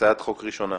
הצעת החוק הראשונה?